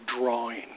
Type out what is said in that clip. drawing